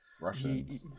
Russians